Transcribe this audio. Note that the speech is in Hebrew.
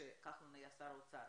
כשהשר כחלון היה שר האוצר.